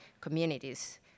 communities